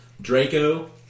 Draco